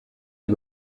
der